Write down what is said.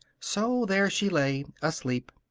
so there she lay, asleep.